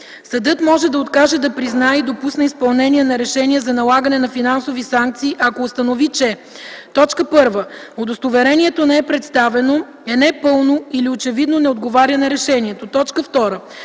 Съдът може да откаже да признае и допусне изпълнение на решение за налагане на финансови санкции, ако установи, че: 1. удостоверението не е представено, е непълно или очевидно не отговаря на решението; 2.